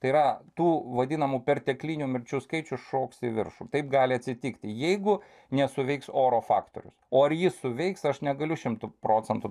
tai yra tų vadinamų perteklinių mirčių skaičius šoks į viršų taip gali atsitikti jeigu nesuveiks oro faktorius o ar jis suveiks aš negaliu šimtu procentų